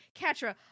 Katra